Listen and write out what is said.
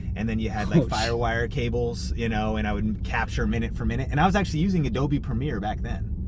and then you had like firewire cables. you know and i would capture minute for minute. and i was actually using adobe premiere back then.